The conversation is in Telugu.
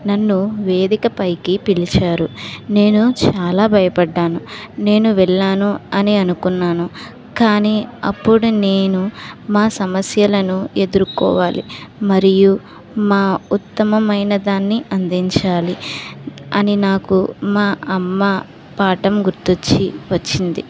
నన్ను వేదిక పైకి పిలిచారు నేను చాలా భయపడ్డాను నేను వెళ్ళాను అని అనుకున్నాను కానీ అప్పుడు నేను మా సమస్యలను ఎదుర్కోవాలి మరియు మా ఉత్తమమైన దాన్ని అందించాలి అని నాకు మా అమ్మ పాఠం గుర్తొచ్చి వచ్చింది